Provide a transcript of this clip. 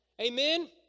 Amen